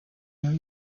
james